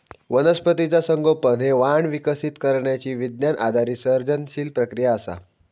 वनस्पतीचा संगोपन हे वाण विकसित करण्यची विज्ञान आधारित सर्जनशील प्रक्रिया असा